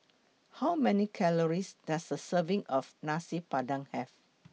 How Many Calories Does A Serving of Nasi Padang Have